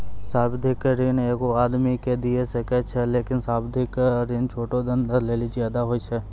सावधिक ऋण एगो आदमी के दिये सकै छै लेकिन सावधिक ऋण छोटो धंधा लेली ज्यादे होय छै